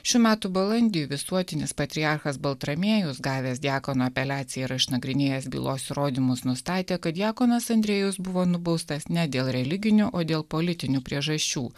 šių metų balandį visuotinis patriarchas baltramiejus gavęs diakono apeliaciją ir išnagrinėjęs bylos įrodymus nustatė kad diakonas andriejus buvo nubaustas ne dėl religinių o dėl politinių priežasčių